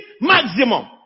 Maximum